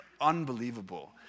unbelievable